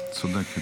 צודקת.